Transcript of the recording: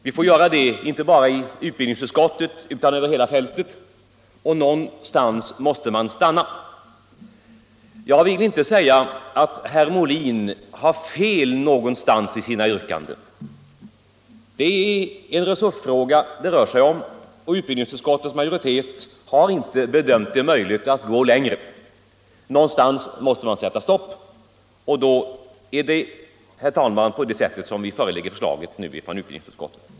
Det gäller inte bara utbildningsutskottet utan över hela fältet, och någonstans måste vi stanna. Jag vill inte påstå att herr Molin har fel i sina yrkanden. Det är en resursfråga det rör sig om, och utbildningsutskottets majoritet har inte bedömt det vara möjligt att gå honom till mötes. Någonstans måste man sätta stopp, och det, herr talman, är utgångspunkten för det föreliggande förslaget från utbildningsutskottet.